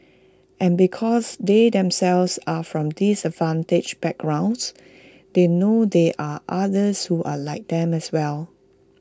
and because they themselves are from disadvantaged backgrounds they know there are others who are like them as well